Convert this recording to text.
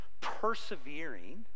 persevering